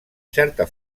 certa